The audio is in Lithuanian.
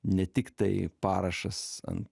ne tiktai parašas ant